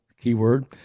keyword